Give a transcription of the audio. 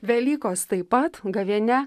velykos taip pat gavėnia